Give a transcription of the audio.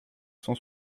cent